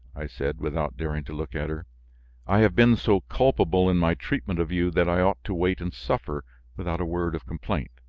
i said without daring to look at her i have been so culpable in my treatment of you that i ought to wait and suffer without a word of complaint.